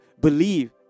believe